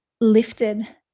lifted